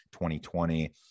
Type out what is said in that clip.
2020